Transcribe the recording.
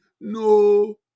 No